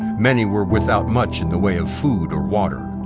many were without much in the way of food or water.